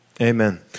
Amen